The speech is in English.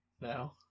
No